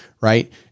right